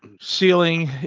ceiling